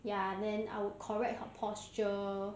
ya then I will correct her posture